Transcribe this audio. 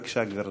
בבקשה, גברתי.